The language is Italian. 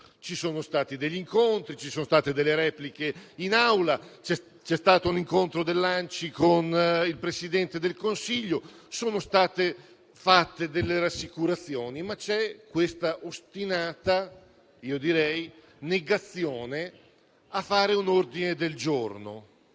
Ci sono stati degli incontri, ci sono state delle repliche in Aula, c'è stato un incontro dell'ANCI con il Presidente del Consiglio, sono state fatte delle rassicurazioni; ma c'è questa ostinata negazione a fare un ordine del giorno